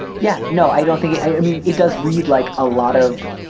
yeah no i don't think i mean it does read like a lot of